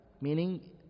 Meaning